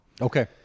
Okay